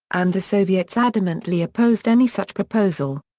and the soviets adamantly opposed any such proposal.